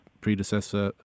predecessor